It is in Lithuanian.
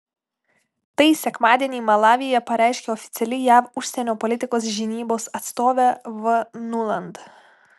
tai sekmadienį malavyje pareiškė oficiali jav užsienio politikos žinybos atstovė v nuland